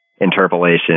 interpolation